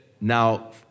Now